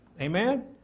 Amen